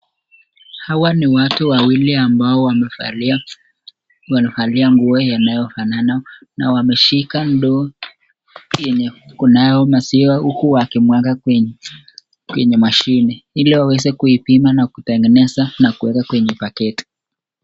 Hawa ni watu wawili ambao wamevalia nguo yanayo fanana na wameshika ndoo yenye kunao maziwa huku wakimwaga kwenye mashine ili waweze kupima na kutengeneza na kuweka kwenye paketi.